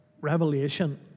revelation